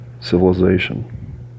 civilization